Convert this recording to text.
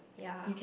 ya